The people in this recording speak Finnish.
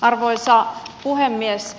arvoisa puhemies